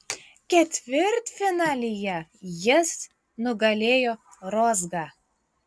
ketvirtfinalyje jis nugalėjo rozgą